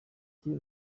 ikiri